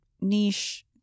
niche